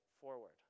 forward